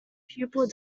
pupil